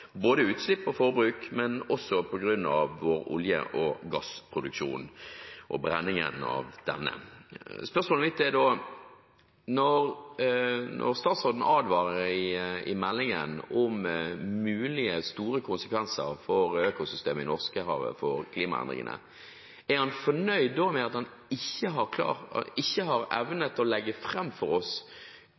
både utslipp og forbruk, men også på grunn av vår produksjon av olje og gass og brenningen av dette. Spørsmålet mitt er: Når statsråden advarer i meldingen om mulige store konsekvenser for økosystemet i Norskehavet på grunn av klimaendringene, er han fornøyd med at han ikke har evnet å legge fram for oss